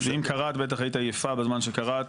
ואם קראת, בטח היית עייפה בזמן שקראת.